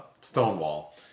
Stonewall